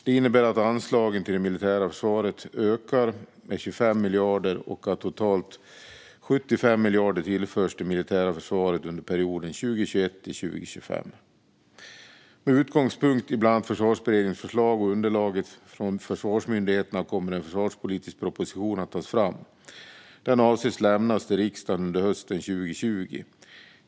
Det innebär att anslagen till det militära försvaret ökar med 25 miljarder och att totalt 75 miljarder tillförs det militära försvaret under perioden 2021-2025. Med utgångspunkt i bland annat Försvarsberedningens förslag och underlaget från försvarsmyndigheterna kommer en försvarspolitisk proposition att tas fram. Den avses lämnas till riksdagen under hösten 2020.